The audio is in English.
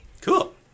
cool